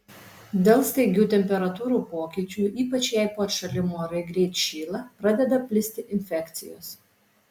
dėl staigių temperatūrų pokyčių ypač jei po atšalimo orai greit šyla pradeda plisti infekcijos